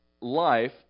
life